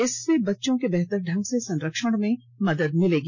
इससे बच्चों के बेहतर ढंग से संरक्षण में मदद मिलेगी